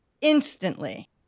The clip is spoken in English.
instantly